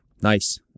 Nice